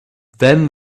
then